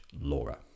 Laura